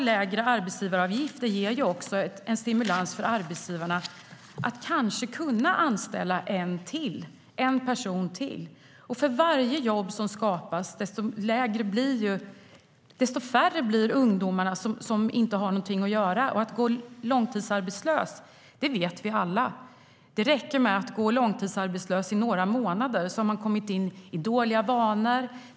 Lägre arbetsgivaravgifter ger också en stimulans för arbetsgivarna att anställa en person till. För varje jobb som skapas blir det färre ungdomar som inte har någonting att göra. Det räcker med att gå långtidsarbetslös i några månader så har man kommit in i dåliga vanor. Det vet vi alla.